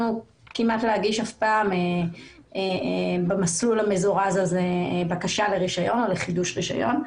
כמעט אף פעם להגיש במסלול המזורז הזה בקשה לרישיון או לחידוש רישיון.